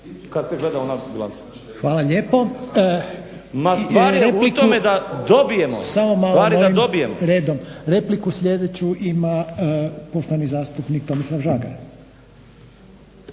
da dobijemo. Stvar je da dobijemo./… Samo malo molim redom. Repliku sljedeću ima poštovani zastupnik Tomislav Žagar.